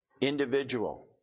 individual